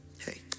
Hey